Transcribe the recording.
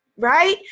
right